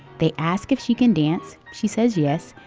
they ask if she can dance. she says yes.